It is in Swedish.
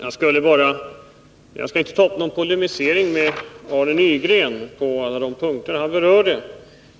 Herr talman! Jag skall inte ta upp någon polemisering med Arne Nygren om de punkter han berörde.